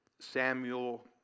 Samuel